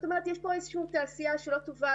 זאת אומרת יש פה איזה שהיא תעשייה שהיא לא טובה,